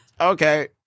Okay